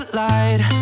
light